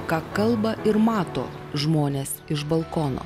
ką kalba ir mato žmonės iš balkono